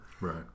right